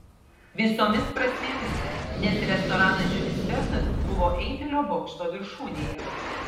visomis prasmėmis nes restoranas žiulis vernas buvo eifelio bokšto viršūnėje